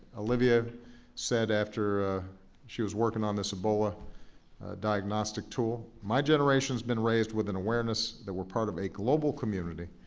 olivia said after she was working on this ebola diagnostic tool, my generation has been raised with an awareness that we're part of a global community.